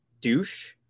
douche